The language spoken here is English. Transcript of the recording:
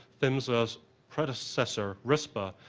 phmsa's predecessor, rispa,